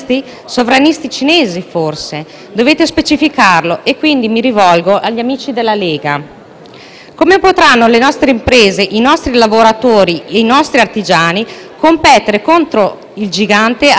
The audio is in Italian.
Come potranno le nostre imprese, i nostri lavoratori e i nostri artigiani competere contro il gigante asiatico che non rispetta le nostre regole e che, quindi, riesce a offrire prodotti di scarsa qualità a basso prezzo?